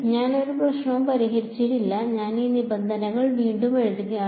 ഞാൻ ഒരു പ്രശ്നവും പരിഹരിച്ചിട്ടില്ല ഞാൻ ഈ നിബന്ധനകൾ വീണ്ടും എഴുതുകയാണ്